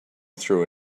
through